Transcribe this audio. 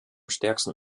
stärksten